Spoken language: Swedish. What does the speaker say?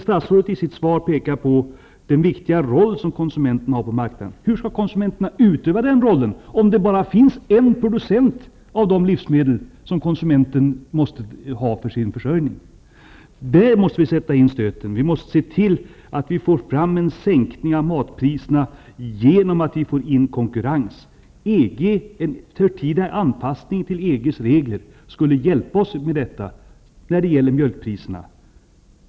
Statsrådet pekar i sitt svar på den viktiga roll som konsumenten har på marknaden. Hur skall konsumenten utöva den rollen, om det bara finns en producent av de livsmedel som konsumenten måste ha för sin försörjning? Stöten måste sättas in där. Vi måste se till att vi får fram en sänkning av mat priserna genom att konkurrens skapas. En förtida anpassning till EG:s regler skulle hjälpa oss med detta när det gäller t.ex. mjölkpriserna.